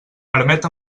permet